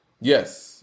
Yes